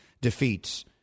defeats